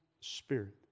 spirit